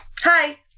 hi